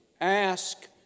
Ask